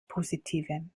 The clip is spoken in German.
positive